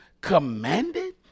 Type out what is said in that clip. commanded